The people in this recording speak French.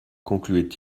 concluait